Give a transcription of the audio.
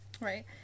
Right